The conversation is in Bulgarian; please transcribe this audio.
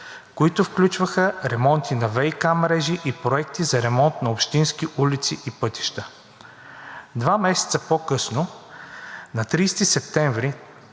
които включваха ремонти на ВиК мрежи и проекти за ремонт на общински улици и пътища. Два месеца по-късно, на 30 септември,